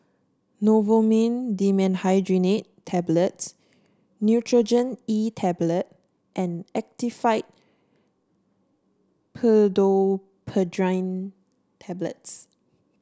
Novomin Dimenhydrinate Tablets Nurogen E Tablet and Actifed Pseudoephedrine Tablets